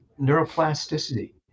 Neuroplasticity